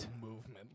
movement